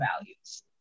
values